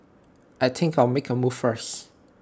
I think I'll make A move first